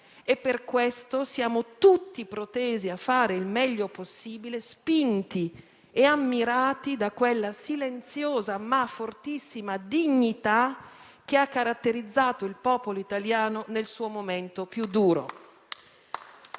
e per questo siamo tutti protesi a fare il meglio possibile, spinti e ammirati da quella silenziosa, ma fortissima, dignità che ha caratterizzato il popolo italiano nel suo momento più duro.